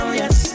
yes